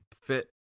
fit